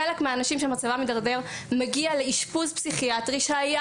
חלק מהאנשים שמצבם מתדרדר מגיע לאשפוז פסיכיאטרי שהיה